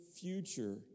future